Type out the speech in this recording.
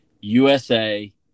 USA